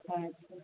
आच्चा